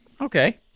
Okay